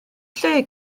lle